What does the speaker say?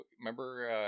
remember